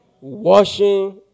Washing